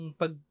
pag